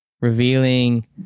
revealing